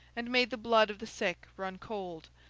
and made the blood of the sick run cold,